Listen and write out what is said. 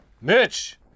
Mitch